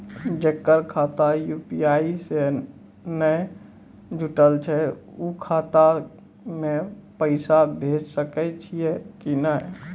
जेकर खाता यु.पी.आई से नैय जुटल छै उ खाता मे पैसा भेज सकै छियै कि नै?